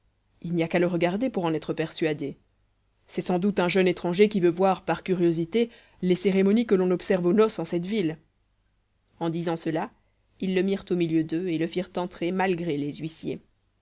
il n'y a qu'à le regarder pour en être persuadé c'est sans doute un jeune étranger qui veut voir par curiosité les cérémonies que l'on observe aux noces en cette ville en disant cela ils le mirent au milieu d'eux et le firent entrer malgré les huissiers